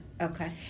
Okay